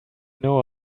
know